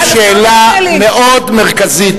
דברו אמת, אז השאלה היא שאלה מאוד מרכזית בחיינו.